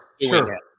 Sure